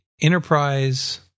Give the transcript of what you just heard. Enterprise